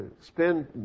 spend